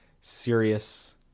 serious